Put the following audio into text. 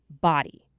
body